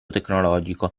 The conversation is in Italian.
tecnologico